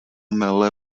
mele